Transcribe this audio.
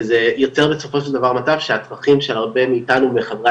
וזה יוצר בסופו של דבר מצב שהצרכים של הרבה מאיתנו וחברי